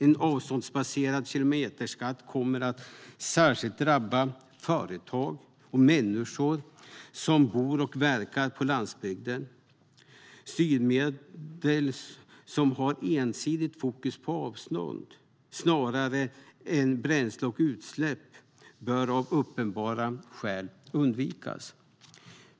En avståndsbaserad kilometerskatt kommer att särskilt drabba företag och människor som bor och verkar på landsbygden. Styrmedel som har ensidigt fokus på avstånd snarare än på bränsle och utsläpp bör av uppenbara skäl undvikas.